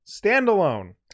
standalone